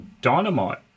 Dynamite